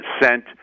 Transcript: sent